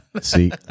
See